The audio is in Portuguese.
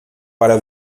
para